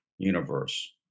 universe